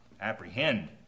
apprehend